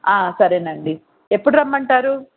ఆ సరేనండి ఎప్పుడు రమ్మంటారు